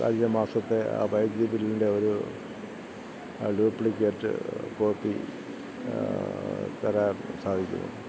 കഴിഞ്ഞ മാസത്തെ ആ വൈദ്യുതി ബില്ലിൻ്റെ ഒരു ഡ്യൂപ്ലിക്കേറ്റ് കോപ്പി തരാൻ സാധിക്കുമോ